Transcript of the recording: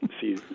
see